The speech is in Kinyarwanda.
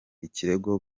ikirego